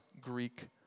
Greek